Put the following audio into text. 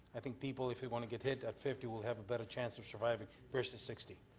i think people if they want to get hit at fifty will have a better chance of surviving versus sixty.